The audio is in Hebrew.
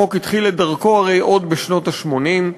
החוק התחיל את דרכו הרי עוד בשנות ה-80.